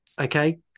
okay